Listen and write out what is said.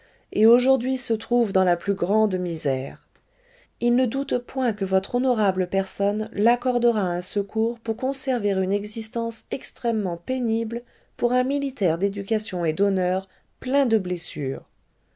et aujourd'hui se trouve dans la plus grande misère il ne doute point que votre honorable personne l'accordera un secours pour conserver une existence extrêmement pénible pour un militaire d'éducation et d'honneur plein de blessures